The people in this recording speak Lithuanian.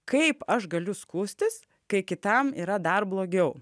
kaip aš galiu skųstis kai kitam yra dar blogiau